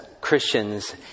christians